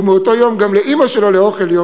ומאותו יום דאגתי גם לאוכל לאימא שלו יום-יום.